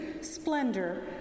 splendor